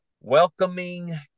welcoming